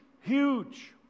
huge